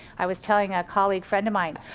i was telling a colleague friend of mine,